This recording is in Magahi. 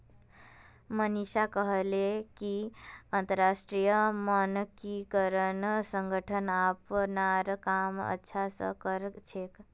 मनीषा कहले कि अंतरराष्ट्रीय मानकीकरण संगठन अपनार काम अच्छा स कर छेक